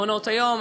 מעונות-היום,